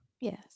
Yes